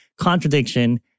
contradiction